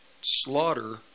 slaughter